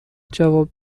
جواب